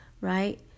right